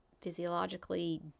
physiologically